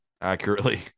accurately